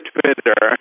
Twitter